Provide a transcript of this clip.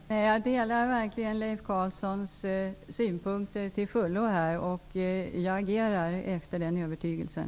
Fru talman! Jag delar till fullo Leif Carlsons åsikt, och jag har agerat efter den övertygelsen.